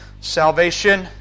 salvation